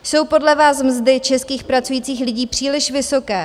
Jsou podle vás mzdy českých pracujících lidí příliš vysoké?